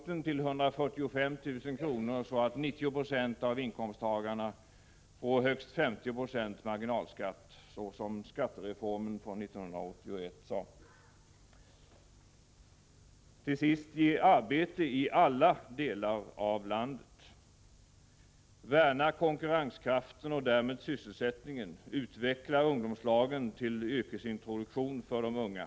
Till sist: Ge arbete i alla delar av landet. Oo Värna konkurrenskraft och därmed sysselsättning. Utveckla ungdomslagen till yrkesintroduktion för de unga.